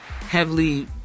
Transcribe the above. heavily